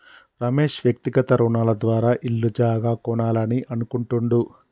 రమేష్ వ్యక్తిగత రుణాల ద్వారా ఇల్లు జాగా కొనాలని అనుకుంటుండు